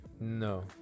no